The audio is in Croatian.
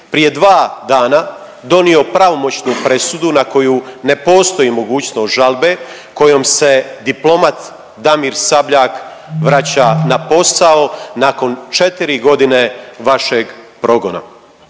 prije 2 dana donio pravomoćnu presudu na koju ne postoji mogućnost žalbe kojom se diplomat Damir Sabljak vraća na posao nakon 4 godine vašeg progona.